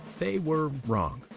they were wrong.